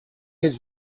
his